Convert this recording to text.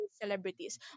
celebrities